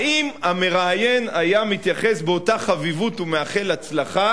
האם המראיין היה מתייחס באותה חביבות ומאחל הצלחה